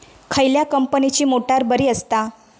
खयल्या कंपनीची मोटार बरी असता?